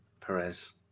Perez